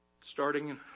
starting